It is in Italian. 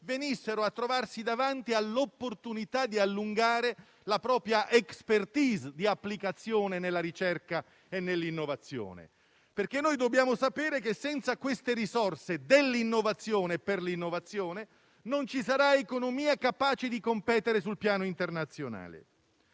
venissero a trovarsi davanti all'opportunità di allungare la propria *expertise* di applicazione nella ricerca e nell'innovazione. Dobbiamo sapere che senza queste risorse dell'innovazione per l'innovazione non ci sarai economia capace di competere sul piano internazionale.